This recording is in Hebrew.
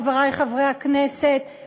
חברי חברי הכנסת,